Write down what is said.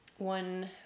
One